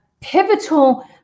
pivotal